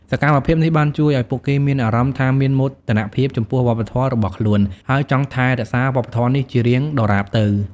សកម្មភាពនេះបានជួយឱ្យពួកគេមានអារម្មណ៍ថាមានមោទនភាពចំពោះវប្បធម៌របស់ខ្លួន ហើយចង់ថែរក្សាវប្បធម៌នេះជារៀងដរាបទៅ។